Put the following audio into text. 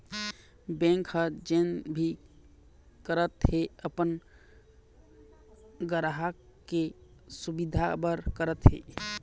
bank ह जेन भी करत हे अपन गराहक के सुबिधा बर करत हे